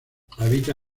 habita